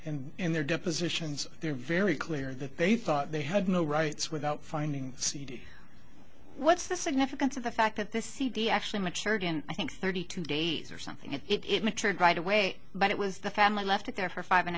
and in their depositions they're very clear that they thought they had no rights without finding cd what's the significance of the fact that the cd actually maturity and i think thirty two days or something and it matured right away but it was the family left it there for five and a